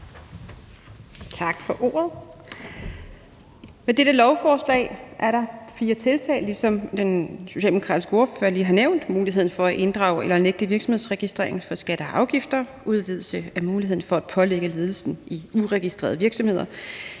Tak for ordet. I dette lovforslag er der fire tiltag, som den socialdemokratiske ordfører lige har nævnt: muligheden for at inddrage eller nægte virksomheders registrering , udvidelse af muligheden for at pålægge ledelsen i uregistrerede virksomheder